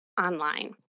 Online